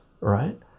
right